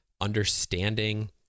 understanding